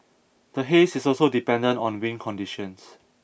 the haze is also dependent on wind conditions